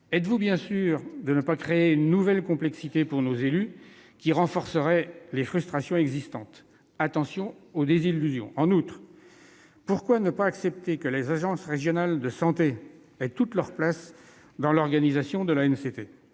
Êtes-vous bien sûr de ne pas créer une nouvelle complexité pour nos élus, qui renforcerait les frustrations existantes ? Attention aux désillusions ! En outre, pourquoi ne pas accepter que les agences régionales de santé aient toute leur place dans l'organisation de l'ANCT ?